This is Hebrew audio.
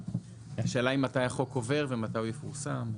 השאלה מתי החוק עובר ומתי הוא יפורסם.